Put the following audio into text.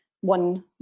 one